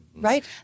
Right